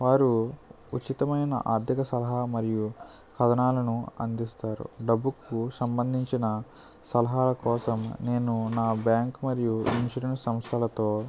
వారు ఉచితమైన ఆర్థిక సలహా మరియు కథనాలను అందిస్తారు డబ్బుకు సంబంధించిన సలహాల కోసం నేను నా బ్యాంక్ మరియు ఇన్సూరెన్స్ సంస్థలతో